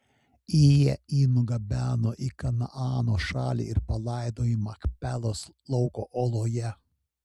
jie jį nugabeno į kanaano šalį ir palaidojo machpelos lauko oloje